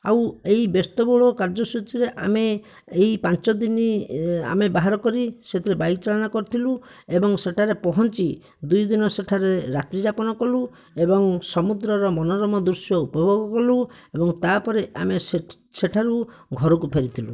ଆଉ ଏହି ବ୍ୟସ୍ତବହୁଳ କାର୍ଯ୍ୟ ସୂଚୀରେ ଆମେ ଏହି ପାଞ୍ଚ ଦିନି ଆମେ ବାହାର କରି ସେଥିରେ ବାଇକ ଚାଳନା କରିଥିଲୁ ଏବଂ ସେଠାରେ ପହଞ୍ଚି ଦୁଇ ଦିନ ସେଠାରେ ରାତ୍ରି ଯାପନ କଲୁ ଏବଂ ସମୁଦ୍ରର ମନୋରମ ଦୃଶ୍ୟ ଉପଭୋଗ କଲୁ ଏବଂ ତା ପରେ ଆମେ ସେଠାରୁ ଘରକୁ ଫେରିଥିଲୁ